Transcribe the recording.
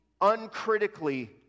uncritically